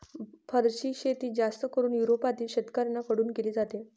फरची शेती जास्त करून युरोपातील शेतकऱ्यांन कडून केली जाते